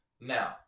Now